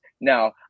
Now